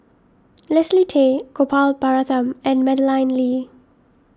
Leslie Tay Gopal Baratham and Madeleine Lee